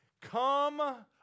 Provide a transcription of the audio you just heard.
Come